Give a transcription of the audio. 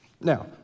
Now